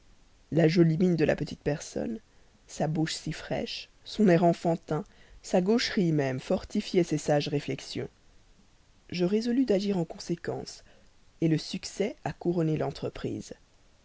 la jolie mine de la petite personne sa bouche si fraîche son air enfantin sa gaucherie même fortifiaient ces sages réflexions je résolus d'agir en conséquence le succès a couronné l'entreprise